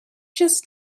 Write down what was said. just